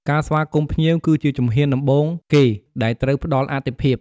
ការស្វាគមន៍ភ្ញៀវ គឺជាជំហានដំបូងគេដែលត្រូវផ្តល់អាទិភាព។